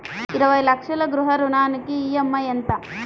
ఇరవై లక్షల గృహ రుణానికి ఈ.ఎం.ఐ ఎంత?